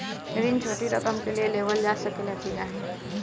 ऋण छोटी रकम के लिए लेवल जा सकेला की नाहीं?